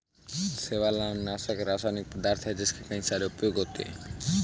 शैवालनाशक एक रासायनिक पदार्थ है जिसके कई सारे उपयोग होते हैं